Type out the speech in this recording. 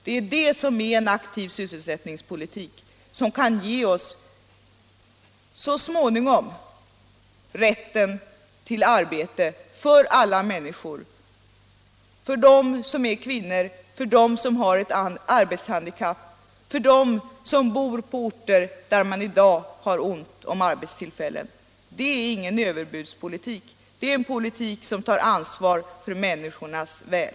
Det är det som är en aktiv sysselsättningspolitik, en politik som så småningom kan ge arbete åt alla människor. Jag tänker på kvinnorna, de som har ett arbetshandikapp, de som bor Allmänpolitisk debatt Allmänpolitisk debatt på orter där man i dag har ont om arbetstillfällen m.fl. Det är ingen överbudspolitik utan en politik som tar ansvar för människornas väl.